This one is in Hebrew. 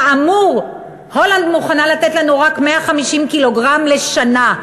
כאמור, הולנד מוכנה לתת לנו רק 150 ק"ג לשנה.